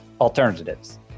alternatives